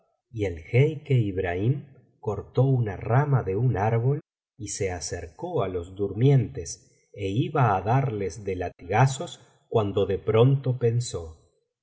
y el jeique ibrahim cortó una rama de un árbol y se acercó á los durmientes ó iba á darles de latigazos cuando de pronto pensó